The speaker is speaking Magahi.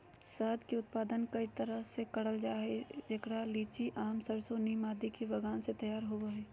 शहद के उत्पादन कई तरह से करल जा हई, जेकरा लीची, आम, सरसो, नीम आदि के बगान मे तैयार होव हई